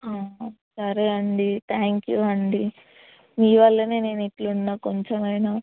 సరే అండి థ్యాంక్యూ అండి మీ వల్లనే నేను ఇలా ఉన్నా కొంచమైనా